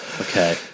Okay